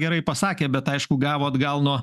gerai pasakė bet aišku gavo atgal nuo